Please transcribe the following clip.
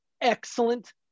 excellent